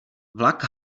vlak